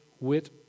wit